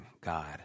God